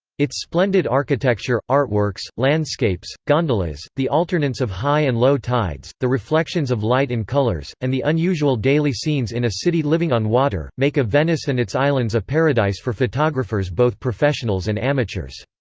its splendid architecture, artworks, landscapes, gondolas, the alternance of high and low tides, the reflections of light and colors, and the unusual daily scenes in a city living on water, make of venice and its islands a paradise for photographers both professionals and amateurs.